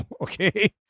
okay